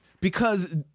because-